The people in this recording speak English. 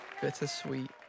Bittersweet